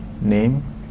name